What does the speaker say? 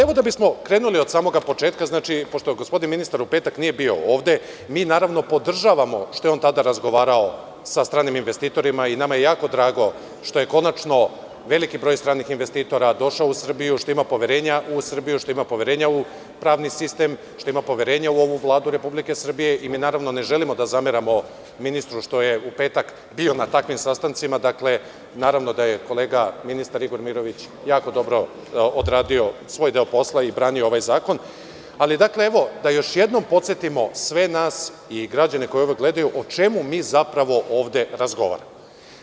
Evo, da bismo krenuli od samoga početka, pošto gospodin ministar u petak nije bio ovde mi, naravno, podržavamo što je on tada razgovarao sa stranim investitorima i nama je jako drago što je konačno veliki broj stranih investitora došao u Srbiju, što ima poverenja u Srbiju, što ima poverenja u pravni sistem, što ima poverenja u ovu Vladu Republike Srbije i mi naravno ne želimo da zameramo ministru što je u petak bio na takvim sastancima, dakle, naravno, da je kolega ministar Igor Mirović jako dobro odradio svoj deo posla i brani ovaj zakon, ali, dakle, evo da još jednom podsetimo sve nas i građane koji ovo gledaju o čemu mi zapravo ovde razgovaramo.